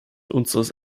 unseres